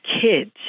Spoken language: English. kids